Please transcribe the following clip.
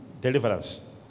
deliverance